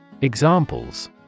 Examples